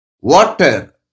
water